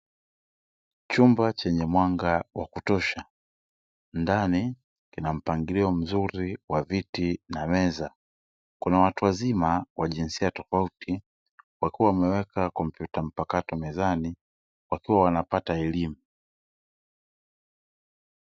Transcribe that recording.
Chumba chenye mwanga wa kutosha ndani kina mpangilio mzuri wa viti na meza, Kuna watu wazima wa jinsia tofauti wakiwa wameweka kompyuta mpakato mezani wakiwa wanapata elimu.